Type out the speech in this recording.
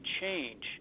change